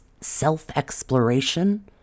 self-exploration